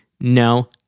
no